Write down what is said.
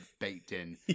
baked-in